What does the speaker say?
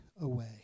away